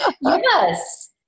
Yes